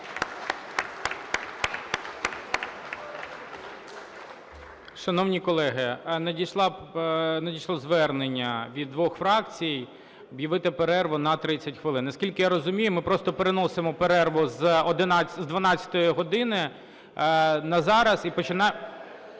Шановні колеги, надійшло звернення від двох фракцій об'явити перерву на 30 хвилин. Наскільки я розумію, ми просто переносимо перерву з 12 години на зараз і починаємо...